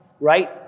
right